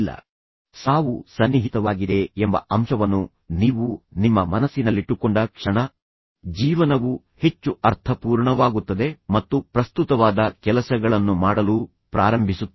ಮತ್ತು ಇದನ್ನೇ Steve Jobs ಹೇಳುತ್ತಾರೆ ಸಾವು ಸನ್ನಿಹಿತವಾಗಿದೆ ಎಂಬ ಅಂಶವನ್ನು ನೀವು ನಿಮ್ಮ ಮನಸ್ಸಿನಲ್ಲಿಟ್ಟುಕೊಂಡ ಕ್ಷಣ ಜೀವನವು ಹೆಚ್ಚು ಅರ್ಥಪೂರ್ಣವಾಗುತ್ತದೆ ಮತ್ತು ನಂತರ ನೀವು ಪ್ರಸ್ತುತವಾದ ಕೆಲಸಗಳನ್ನು ಮಾತ್ರ ಮಾಡಲು ಪ್ರಾರಂಭಿಸುತ್ತೀರಿ